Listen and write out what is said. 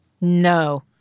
No